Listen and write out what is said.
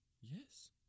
Yes